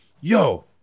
Yo